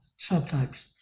subtypes